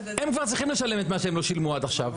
הם כבר צריכים לשלם את מה שהם לא שילמו עד עכשיו.